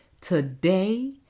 today